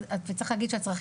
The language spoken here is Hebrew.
לא יהיה להם לאן לחזור,